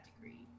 degree